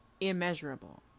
immeasurable